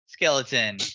Skeleton